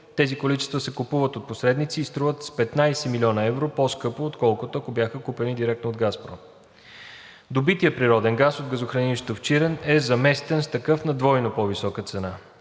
Тези количества се купуват от посредници и струват с 15 млн. евро по-скъпо, отколкото, ако бяха закупени директно от „Газпром“. Добитият природен газ от газохранилището в Чирен е заместен с такъв на двойно по-висока цена.